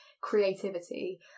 creativity